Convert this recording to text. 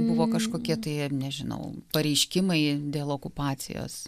buvo kažkokie tai nežinau pareiškimai dėl okupacijos